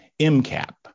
MCAP